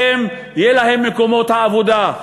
יהיו להם מקומות עבודה,